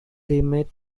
teammate